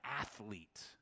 athlete